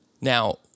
Now